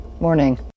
Morning